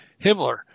himmler